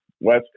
West